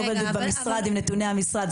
אני עובדת במשרד עם נתוני המשרד.